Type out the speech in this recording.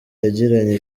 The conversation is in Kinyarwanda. yagiranye